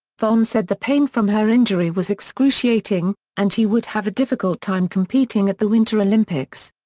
vonn said the pain from her injury was excruciating and she would have a difficult time competing at the winter olympics.